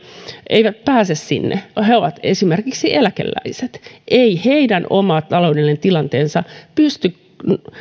eivät pääse työmarkkinoille he ovat esimerkiksi eläkeläisiä ei heidän oma taloudellinen tilanteensa pysty